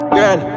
Girl